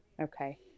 Okay